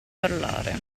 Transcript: parlare